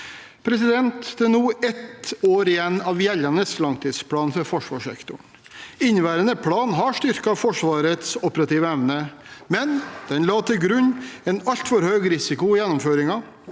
rådene. Det er nå ett år igjen av gjeldende langtidsplan for forsvarssektoren. Inneværende plan har styrket Forsvarets operative evne, men den la til grunn en altfor høy risiko i gjennomføringen.